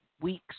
weeks